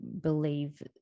believe